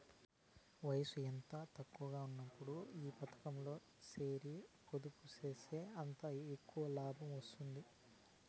వయసు ఎంత తక్కువగా ఉన్నప్పుడు ఈ పతకంలో సేరి పొదుపు సేస్తే అంత ఎక్కవ లాబం వస్తాది